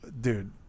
dude